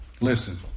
Listen